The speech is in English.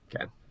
Okay